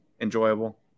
enjoyable